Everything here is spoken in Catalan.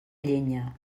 llenya